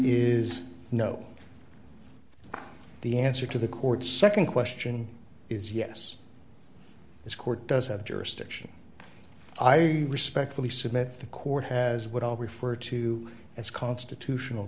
is no the answer to the court's nd question is yes this court does have jurisdiction i respectfully submit the court has what i'll refer to as constitutional